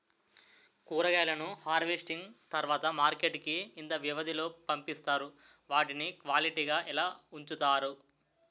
కూరగాయలను హార్వెస్టింగ్ తర్వాత మార్కెట్ కి ఇంత వ్యవది లొ పంపిస్తారు? వాటిని క్వాలిటీ గా ఎలా వుంచుతారు?